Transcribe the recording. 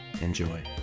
Enjoy